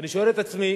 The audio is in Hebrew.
ואני שואל את עצמי,